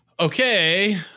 Okay